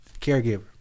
Caregiver